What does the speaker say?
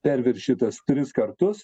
perviršytas tris kartus